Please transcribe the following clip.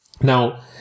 Now